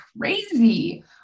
crazy